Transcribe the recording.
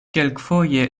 kelkfoje